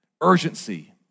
Urgency